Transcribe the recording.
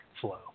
flow